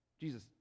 Jesus